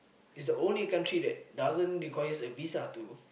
it's the only country that doesn't requires a visa to